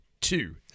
two